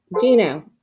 Gino